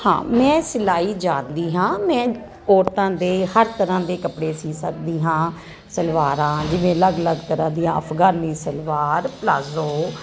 ਹਾਂ ਮੈਂ ਸਿਲਾਈ ਜਾਣਦੀ ਹਾਂ ਮੈਂ ਔਰਤਾਂ ਦੇ ਹਰ ਤਰ੍ਹਾਂ ਦੇ ਕੱਪੜੇ ਸੀ ਸਕਦੀ ਹਾਂ ਸਲਵਾਰਾਂ ਜਿਵੇਂ ਅਲੱਗ ਅਲੱਗ ਤਰ੍ਹਾਂ ਦੀਆਂ ਅਫਗਾਨੀ ਸਲਵਾਰ ਪਲਾਜੋ